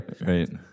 right